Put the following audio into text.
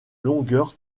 longueur